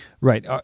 Right